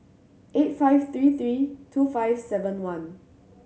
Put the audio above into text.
eight five three three two five seven one